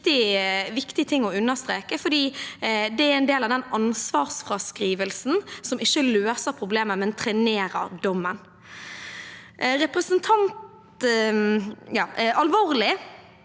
Det er en viktig ting å understreke, for det er en del av den ansvarsfraskrivelsen som ikke løser problemet, men trenerer dommen. Det er alvorlig